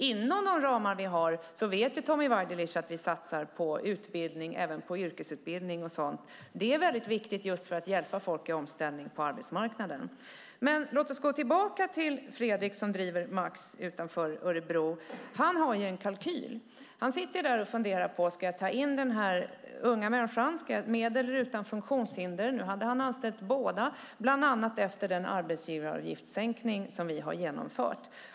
Som Tommy Waidelich vet satsar vi på utbildning, även yrkesutbildning, inom de ramar vi har. Det är viktigt för att hjälpa folk i omställningen på arbetsmarknaden. Låt oss gå tillbaka till Fredrik som driver Max utanför Örebro. Han har en kalkyl. Han sitter där och funderar: Ska jag ta in den unga människan med eller den utan funktionshinder? Nu hade han anställt båda bland annat efter den arbetsgivaravgiftssänkning som vi har genomfört.